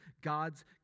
God's